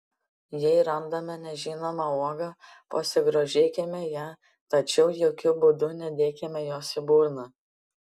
jei randame nežinomą uogą pasigrožėkime ja tačiau jokiu būdu nedėkime jos į burną